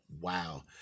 wow